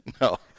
No